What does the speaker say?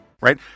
Right